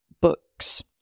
books